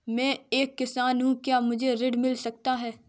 मैं एक किसान हूँ क्या मुझे ऋण मिल सकता है?